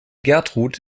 gertrud